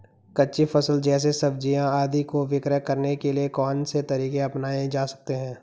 कच्ची फसल जैसे सब्जियाँ आदि को विक्रय करने के लिये कौन से तरीके अपनायें जा सकते हैं?